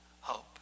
hope